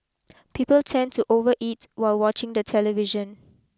people tend to over eat while watching the television